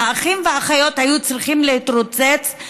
והאחים והאחיות היו צריכים להתרוצץ,